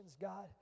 God